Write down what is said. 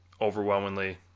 overwhelmingly